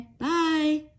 Bye